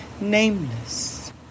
nameless